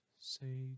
Say